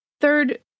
Third